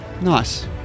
nice